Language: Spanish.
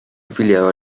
afiliado